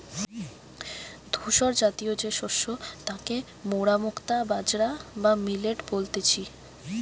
ধূসরজাতীয় যে শস্য তাকে মোরা মুক্তা বাজরা বা মিলেট বলতেছি